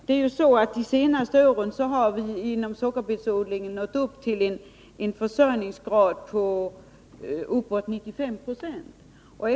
Det är så att vi under de senaste åren inom sockerbetsodlingen nått upp till en försörjningsgrad på uppåt 95 26.